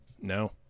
No